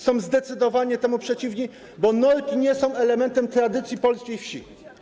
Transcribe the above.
Są zdecydowanie temu przeciwni, bo norki nie są elementem tradycji polskiej wsi.